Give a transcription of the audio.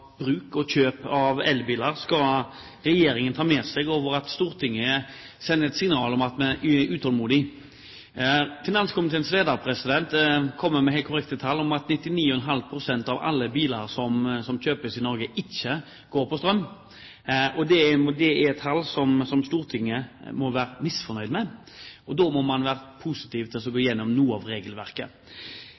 bruk og kjøp av elbiler skal regjeringen ta med seg fordi Stortinget sender et signal om at vi er utålmodige. Finanskomiteens leder kommer med helt korrekte tall om at 99,5 pst. av alle biler som kjøpes i Norge, ikke går på strøm. Det er tall som Stortinget må være misfornøyd med. Da må man være positiv til å gå igjennom noe av regelverket.